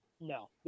no